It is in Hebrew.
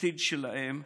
העתיד שלהם.